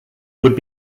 would